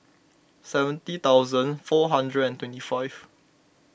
seventy thousnd four hundred and twenty five